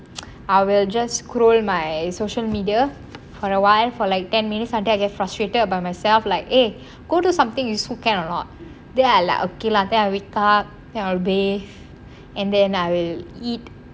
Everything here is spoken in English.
I will just scroll my social media for awhile for like ten minutes or until I get frustrated about by myself like !hey! go do something useful can or not then I will like ok lah I will wake up bathe and then I will eat